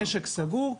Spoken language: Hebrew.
משק סגור.